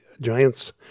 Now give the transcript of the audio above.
giants